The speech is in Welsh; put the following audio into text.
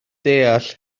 deall